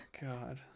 god